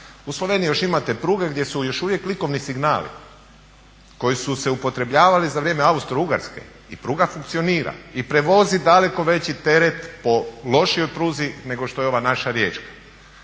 U Sloveniji još imate pruge gdje su još uvijek likovni signali koji su se upotrebljavali za vrijeme Austro-ugarske i pruga funkcionira i prevozi daleko veći teret po lošijoj pruzi nego što je ova naša riječka.